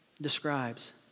describes